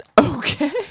Okay